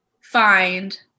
find